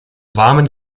warmen